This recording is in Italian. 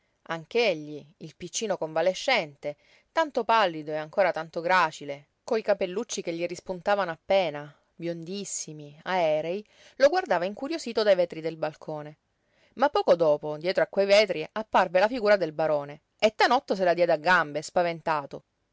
anch'egli il piccino convalescente tanto pallido ancora e tanto gracile coi capellucci che gli rispuntavano appena biondissimi aerei lo guardava incuriosito dai vetri del balcone ma poco dopo dietro a que vetri apparve la figura del barone e tanotto se la diede a gambe spaventato